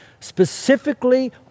specifically